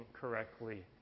correctly